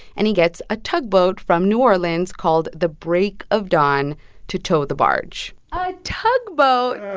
and he gets a tugboat from new orleans called the break of dawn to tow the barge a tugboat?